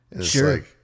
Sure